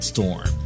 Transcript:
Storm